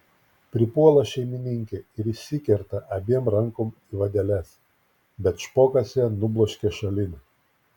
pripuola šeimininkė ir įsikerta abiem rankom į vadeles bet špokas ją nubloškia šalin